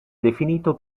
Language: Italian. definito